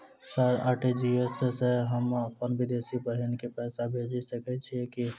Sir RTGS सँ हम अप्पन विदेशी बहिन केँ पैसा भेजि सकै छियै की नै?